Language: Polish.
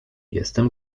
jestem